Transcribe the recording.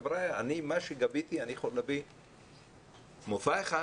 שמה שהוא גבה, הוא יכול להביא מופע אחד